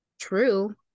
true